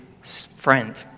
friend